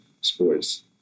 sports